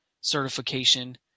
certification